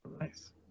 Nice